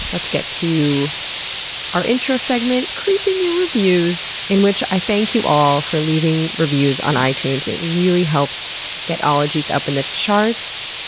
let's get to our intro segment, creeping your reviews, in which i thank you all for leaving reviews on itunes. it really helps get ologies up in the charts.